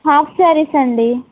half శారీసండి